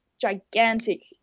gigantic